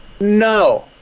no